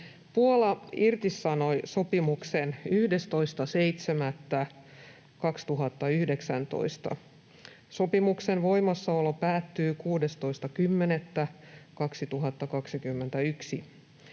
Puola irtisanoi sopimuksen 11.7.2019. Sopimuksen voimassaolo päättyy 16.10.2021.